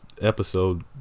episode